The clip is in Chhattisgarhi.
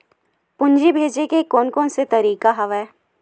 पूंजी भेजे के कोन कोन से तरीका हवय?